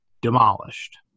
demolished